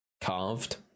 carved